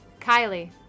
Kylie